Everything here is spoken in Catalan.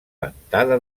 ventada